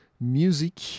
music